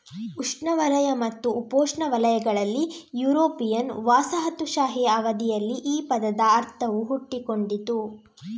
ಉಷ್ಣವಲಯ ಮತ್ತು ಉಪೋಷ್ಣವಲಯಗಳಲ್ಲಿ ಯುರೋಪಿಯನ್ ವಸಾಹತುಶಾಹಿ ಅವಧಿಯಲ್ಲಿ ಈ ಪದದ ಅರ್ಥವು ಹುಟ್ಟಿಕೊಂಡಿತು